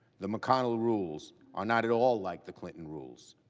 the mcconnell rules are not at all like the clinton rules.